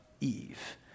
Eve